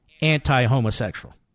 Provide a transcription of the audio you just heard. anti-homosexual